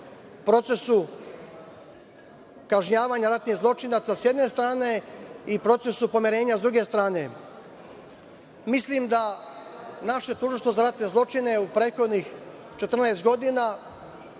procesu kažnjavanja ratnih zločinaca, s jedne strane, i procesu pomirenja, s druge strane. Mislim da naše Tužilaštvo za ratne zločine, u prethodnih 14 godina,